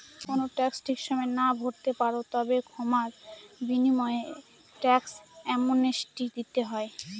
যদি কোনো ট্যাক্স ঠিক সময়ে না ভরতে পারো, তবে ক্ষমার বিনিময়ে ট্যাক্স অ্যামনেস্টি দিতে হয়